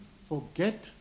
Forget